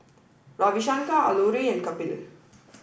Ravi Shankar Alluri and Kapil